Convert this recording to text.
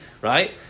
Right